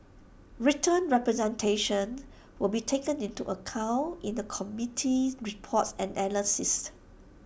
written representations will be taken into account in the committee's report and analysis